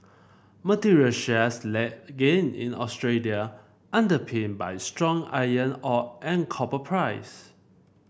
material shares led gain in Australia underpinned by stronger iron ore and copper price